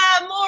more